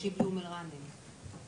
זה שאין מספיק שוטרים, זה ברור.